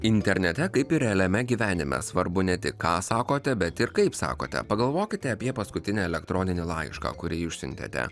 internete kaip ir realiame gyvenime svarbu ne tik ką sakote bet ir kaip sakote pagalvokite apie paskutinį elektroninį laišką kurį išsiuntėte